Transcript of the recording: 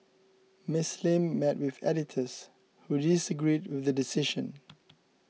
Ms Lim met with editors who disagreed with the decision